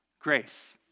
Grace